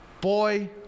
boy